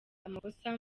amakosa